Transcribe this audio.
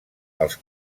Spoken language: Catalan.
els